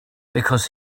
because